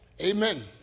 Amen